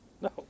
no